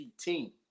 team